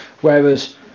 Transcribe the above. whereas